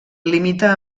limita